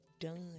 done